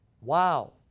Wow